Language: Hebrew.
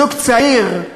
זוג צעיר,